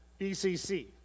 BCC